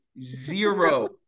zero